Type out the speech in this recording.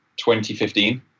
2015